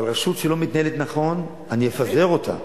אבל רשות שלא מתנהלת נכון, אני אפזר אותה.